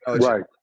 Right